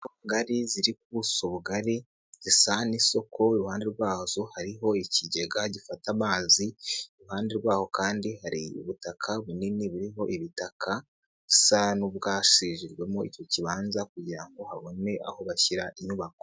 Inzu ngari, ziri ku buso ubugari, zisa nk'isoko, iruhande rwazo hariho ikigega gifata amazi, iruhande rwaho kandi hari ubutaka bunini, buriho ubutaka busa n'ubwasizwemo icyo kibanza, kugira ngo babone aho bashyira inyubako.